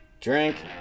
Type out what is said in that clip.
drink